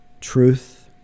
truth